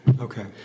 Okay